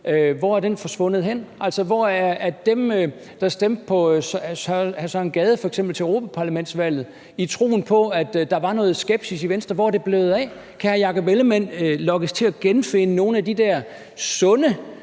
Hvor er de forsvundet hen? Der var f.eks. dem, der stemte på hr. Søren Gade til europaparlamentsvalget i troen på, at der var noget skepsis i Venstre. Hvor er den blevet af? Kan hr. Jakob Ellemann-Jensen lokkes til at genfinde nogle af de der sunde